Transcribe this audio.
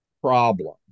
problem